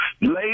lady